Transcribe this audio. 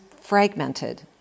fragmented